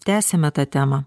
tęsiame tą temą